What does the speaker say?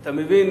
אתה מבין,